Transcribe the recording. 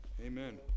Amen